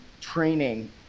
training